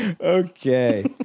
Okay